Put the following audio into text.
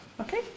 Okay